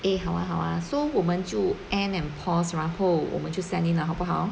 eh 好啊好啊 so 我们就 end and pause 然后我们就 send in 了好不好